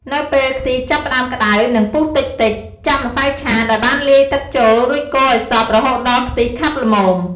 នៅពេលខ្ទិះចាប់ផ្ដើមក្ដៅ និងពុះតិចៗ ចាក់ម្សៅឆាដែលបានលាយទឹកចូល រួចកូរឱ្យសព្វ រហូតដល់ខ្ទិះខាប់ល្មម។